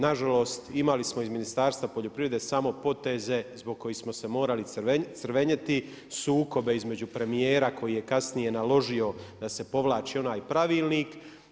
Nažalost imali smo iz Ministarstva poljoprivrede samo poteze zbog kojih smo se morati crvenjeti, sukobe između premijera koji je kasnije naložio da se povlači onaj pravilnik.